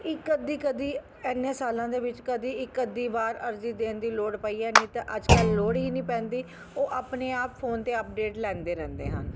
ਇੱਕ ਅੱਧੀ ਕਦੇ ਇੰਨੇ ਸਾਲਾਂ ਦੇ ਵਿੱਚ ਕਦੇ ਇੱਕ ਅੱਧੀ ਵਾਰ ਅਰਜ਼ੀ ਦੇਣ ਦੀ ਲੋੜ ਪਈ ਹੈ ਨਹੀਂ ਤਾਂ ਅੱਜ ਕੱਲ੍ਹ ਲੋੜ ਹੀ ਨਹੀਂ ਪੈਂਦੀ ਉਹ ਆਪਣੇ ਆਪ ਫੋਨ 'ਤੇ ਅਪਡੇਟ ਲੈਂਦੇ ਰਹਿੰਦੇ ਹਨ